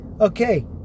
Okay